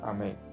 Amen